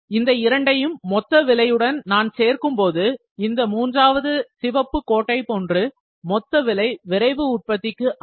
இந்த இரண்டையும் மொத்த விலையுடன் நான் சேர்க்கும்போது இந்த மூன்றாவது சிவப்பு கோட்டை போன்று மொத்த விலை விரைவு உற்பத்திக்கு அமையும்